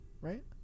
right